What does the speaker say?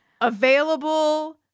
available